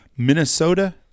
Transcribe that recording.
Minnesota